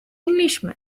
englishman